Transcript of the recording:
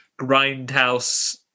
grindhouse